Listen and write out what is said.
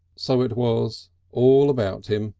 so it was all about him,